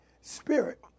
spirit